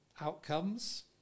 Outcomes